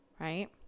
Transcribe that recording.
right